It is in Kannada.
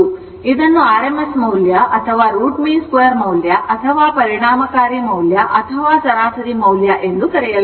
ಇದನ್ನು r m s ಮೌಲ್ಯ ರೂಟ್ ಮೀನ್ 2 ಮೌಲ್ಯ ಅಥವಾ ಪರಿಣಾಮಕಾರಿ ಮೌಲ್ಯ ಮತ್ತು ಸರಾಸರಿ ಮೌಲ್ಯ ಎಂದು ಕರೆಯಲಾಗುತ್ತದೆ